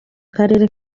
karere